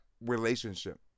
relationship